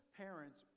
parents